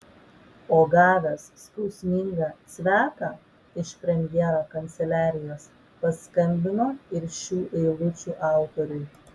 o gavęs skausmingą cveką iš premjero kanceliarijos paskambino ir šių eilučių autoriui